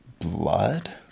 blood